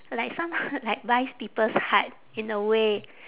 like some~ like buys people's heart in a way